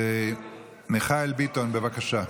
מיכאל ביטון, בבקשה.